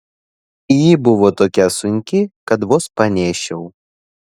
ji buvo tokia sunki kad vos panešiau